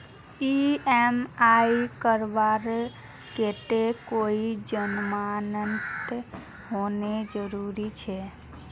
EMI करवार केते कोई जमानत होना जरूरी छे?